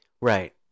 Right